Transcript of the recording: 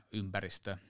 ympäristö